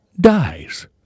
dies